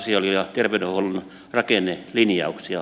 näin ei ole käynyt